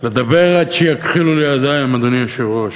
לדבר עד שיכחילו לי הידיים, אדוני היושב-ראש?